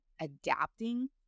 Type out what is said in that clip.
adapting